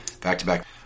back-to-back